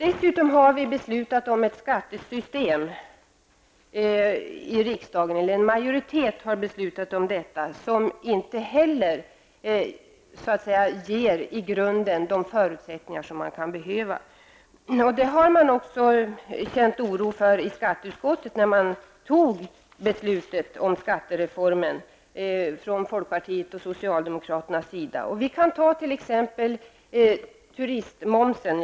En majoritet i riksdagen har dessutom beslutat om ett skattesystem som i grunden inte heller ger de förutsättningar man kan behöva. Detta har skatteutskottet också känt oro för när beslutet om skattereformen fattades av folkpartiet och socialdemokraterna. Vi kan som exempel ta turismmomsen.